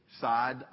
side